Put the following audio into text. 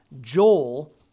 Joel